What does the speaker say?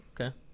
Okay